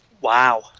Wow